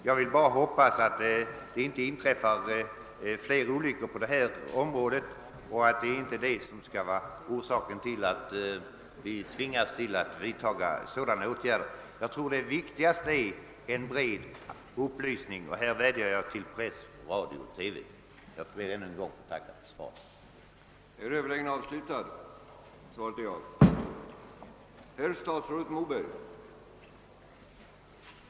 Jag vill bara hoppas att det inte skall inträffa fler olyckor av nämnt slag och att inte sådana skall bli orsaken till att vi tvingas vidtaga speciella säkerhetsåtgärder. Jag tror att det viktigaste i detta sammanhang är en bred upplysning, och jag vädjar härvidlag till press, radio och TV att göra en insats. Jag ber än en gång att få tacka för svaret på min interpellation.